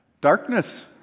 Darkness